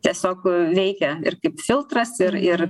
tiesiog veikia ir kaip filtras ir ir